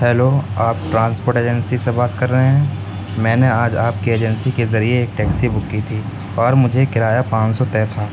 hello آپ transport agency سے بات کر رہے ہیں میں نے آج آپ کے ایجنسی کے ذریعے ٹیکسی بک کی تھی اور مجھے کرایہ پانچ سو طے تھا